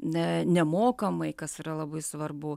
na nemokamai kas yra labai svarbu